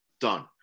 done